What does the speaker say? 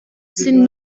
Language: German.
sind